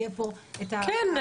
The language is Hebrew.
יהיה פה את --- כן,